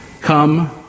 come